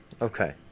okay